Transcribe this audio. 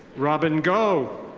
robin go.